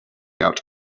out